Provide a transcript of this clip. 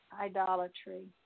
idolatry